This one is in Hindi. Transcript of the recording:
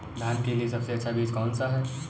धान के लिए सबसे अच्छा बीज कौन सा है?